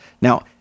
Now